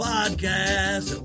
Podcast